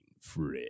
friend